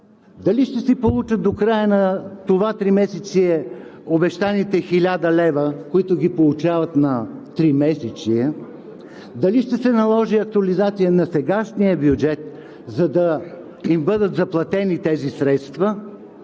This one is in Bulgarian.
Дали ще си получат до края на това тримесечие обещаните 1000 лв., които ги получават на тримесечие; дали ще се наложи актуализация на сегашния бюджет, за да им бъдат заплатени тези средства;